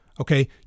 Okay